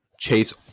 chase